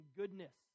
goodness